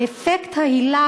אפקט ההילה,